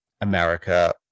America